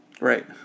Right